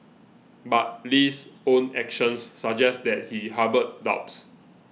but Lee's own actions suggest that he harboured doubts